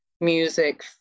music